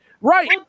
Right